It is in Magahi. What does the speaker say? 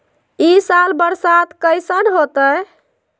ई साल बरसात कैसन होतय?